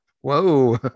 whoa